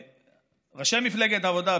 ראשי מפלגת העבודה,